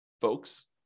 folks